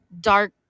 dark